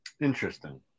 interesting